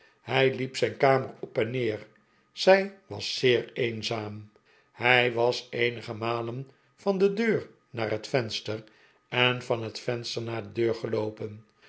hij liep zijn kamer op en neer zij was zeer eenzaam hij was eenige malen van de deur naar het venster en van het venster naar de deur geloopen